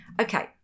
Okay